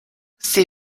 sie